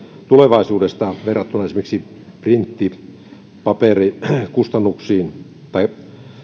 tulevaisuuden ongelmia verrattuna esimerkiksi printti paperikustannuksiin tai